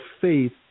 faith